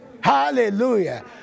Hallelujah